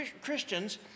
Christians